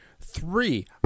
Three